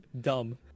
dumb